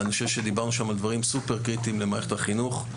אני חושב שדיברנו שם על דברים סופר קריטיים למערכת החינוך.